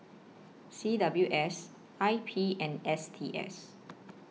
C W S I P and S T S